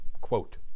Quote